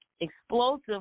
explosive